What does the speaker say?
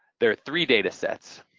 there are three data sets.